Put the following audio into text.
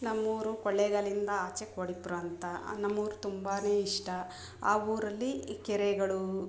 ನಮ ಊರು ಕೊಳ್ಳೆಗಾಲಿಂದ ಆಚೆ ಕೋಡಿಪುರ ಅಂತ ನಮ್ಮ ಊರು ತುಂಬಾ ಇಷ್ಟ ಆ ಊರಲ್ಲಿ ಈ ಕೆರೆಗಳು